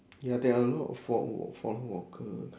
ya there are a lot of foreign worker